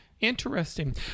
Interesting